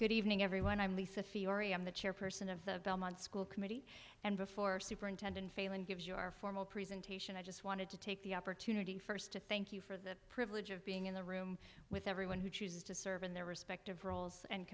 good evening everyone i'm lisa fiore i'm the chairperson of the belmont school committee and before superintendent failand gives you our formal presentation i just wanted to take the opportunity first to thank you for the privilege of being in the room with everyone who chooses to serve in their respective roles and